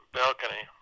balcony